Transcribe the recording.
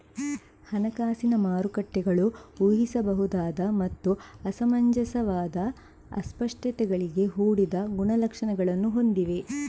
ಹಣಕಾಸಿನ ಮಾರುಕಟ್ಟೆಗಳು ಊಹಿಸಬಹುದಾದ ಮತ್ತು ಅಸಮಂಜಸವಾದ ಅಸ್ಪಷ್ಟತೆಗಳಿಂದ ಕೂಡಿದ ಗುಣಲಕ್ಷಣಗಳನ್ನು ಹೊಂದಿವೆ